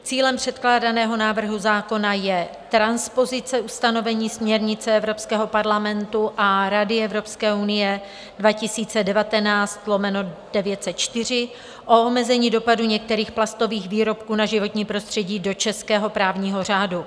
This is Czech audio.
Cílem předkládaného návrhu zákona je transpozice ustanovení směrnice Evropského parlamentu a Rady Evropské unie 2019/904, o omezení dopadu některých plastových výrobků na životní prostředí do českého právního řádu.